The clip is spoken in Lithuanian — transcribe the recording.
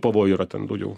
pavojų yra ten daugiau